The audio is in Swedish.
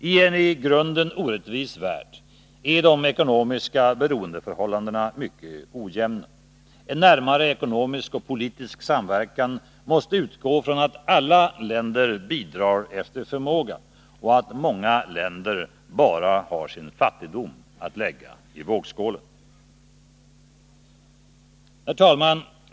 I en i grunden orättvis värld är de ekonomiska beroendeförhållandena mycket ojämna. En närmare ekonomisk och politisk samverkan måste utgå från att alla länder bidrar efter förmåga och att många länder bara har sin fattigdom att lägga i vågskålen.